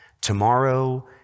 tomorrow